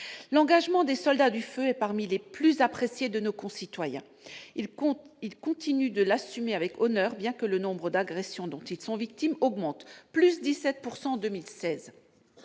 L'engagement des « soldats du feu » est parmi les plus appréciés de nos concitoyens. Les sapeurs-pompiers continuent de l'assumer avec honneur, bien que le nombre d'agressions dont ils sont victimes augmente- de 17 % en 2016.